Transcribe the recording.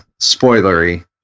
spoilery